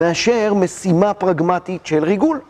מאשר משימה פרגמטית של ריגול